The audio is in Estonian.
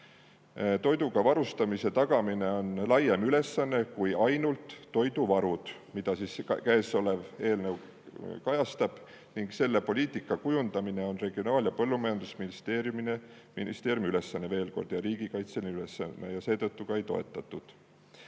Toiduga varustamise tagamine on laiem ülesanne kui ainult toiduvarud, mida käesolev eelnõu kajastab, ning selle poliitika kujundamine on Regionaal- ja Põllumajandusministeeriumi riigikaitseline ülesanne. Seetõttu [seda eelnõu]